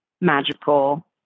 magical